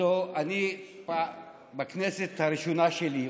אני בכנסת הראשונה שלי.